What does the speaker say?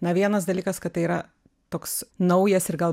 na vienas dalykas kad tai yra toks naujas ir gal